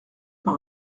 par